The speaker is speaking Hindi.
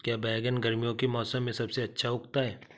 क्या बैगन गर्मियों के मौसम में सबसे अच्छा उगता है?